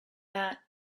that